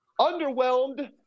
underwhelmed